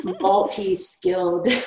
multi-skilled